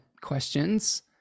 questions